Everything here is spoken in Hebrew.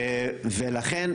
ולכן,